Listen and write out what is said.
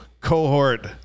cohort